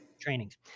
trainings